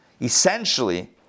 essentially